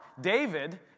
David